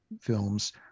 films